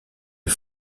est